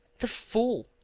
the full,